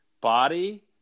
body